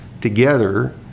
together